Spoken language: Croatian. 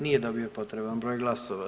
Nije dobio potreban broj glasova.